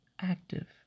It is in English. active